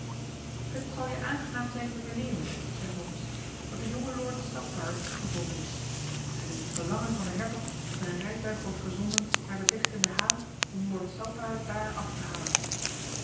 het zal je aangenaam zijn te vernemen zei holmes dat de jonge lord saltire teruggevonden is het is het verlangen van den hertog dat een rijtuig wordt gezonden naar de vechtende haan om lord saltire daar af te halen